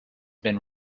been